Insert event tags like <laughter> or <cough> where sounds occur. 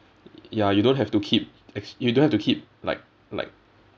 ya you don't have to keep <noise> you don't have to keep like like